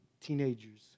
teenagers